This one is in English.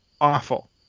awful